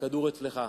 הכדור אצלך.